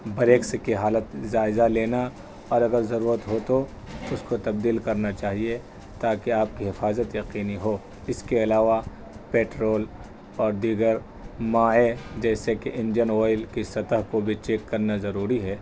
break سے کی حالت جائزہ لینا اور اگر ضرورت ہو تو اس کو تبدیل کرنا چاہیے تاکہ آپ کی حفاظت یقینی ہو اس کے علاوہ پیٹرول اور دیگر مائے جیسے کہ انجن آئل کی سطح کو بھی چیک کرنا ضروری ہے